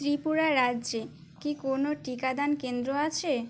ত্রিপুরা রাজ্যে কি কোনও টিকাদান কেন্দ্র আছে